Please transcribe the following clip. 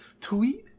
tweet